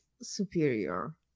superior